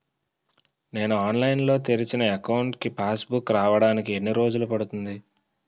నేను ఆన్లైన్ లో తెరిచిన అకౌంట్ కి పాస్ బుక్ రావడానికి ఎన్ని రోజులు పడుతుంది?